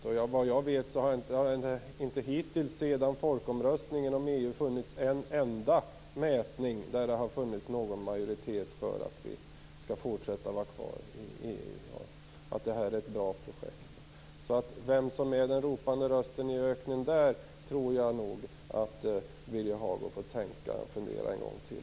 Såvitt jag vet har det inte sedan folkomröstningen om EU funnits en enda mätning som visat en majoritet för att vi skall fortsätta att vara kvar i EU och för att detta är ett bra projekt. Jag tror alltså att Birger Hagård får fundera en gång till på vem som är den ropande rösten i öknen i detta sammanhang.